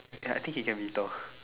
ya I think he can be Thor